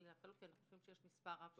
כי אנחנו חושבים שיש מספר רב של ליקויים.